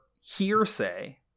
hearsay